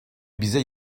bize